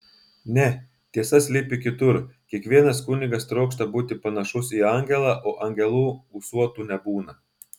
ne tiesa slypi kitur kiekvienas kunigas trokšta būti panašus į angelą o angelų ūsuotų nebūna